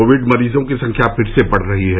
Covid मरीजों की संख्या फिर से बढ़ रही है